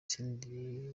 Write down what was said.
senderi